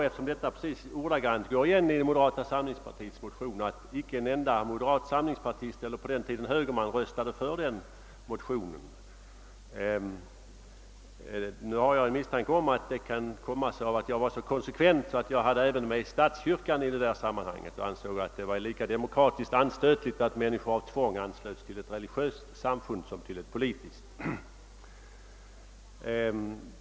Eftersom detta ordagrant går igen i moderata samlingspartiets motion förvånar det mig att ingen högerman på den tiden röstade för mina motioner. Nu har jag en misstanke om att det kan bero på att jag var så konsekvent att jag nämnde även statskyrkan i sammanhanget och uttalade, att det var lika anstötligt från demokratisk synpunkt Åtgärder för att fördjupa och stärka det svenska folkstyret att människor genom tvång anslöts till ett religiöst samfund som till ett politiskt parti.